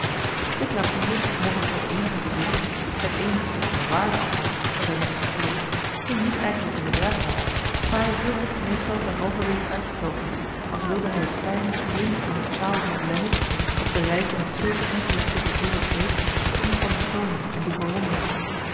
dit rapier mogelijk zijne eenige bezitting het eenige stuk van waarde althans dat hij met zich voerde hing niet eigenlijk in den draagband maar hij hield het meestal ter halverwege uitgetogen als wilde hij het fijne glinsterende staal van het lemmet of de rijke met zilver ingelegde ivoren greep den omstanders toonen en doen bewonderen